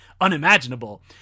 unimaginable